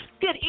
Good